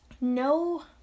no